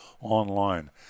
online